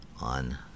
on